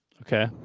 Okay